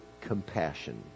compassion